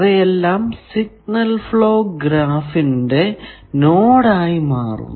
അവയെല്ലാം signal flow ഗ്രാഫിന്റെ node ആയി മാറുന്നു